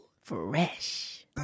Fresh